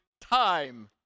Time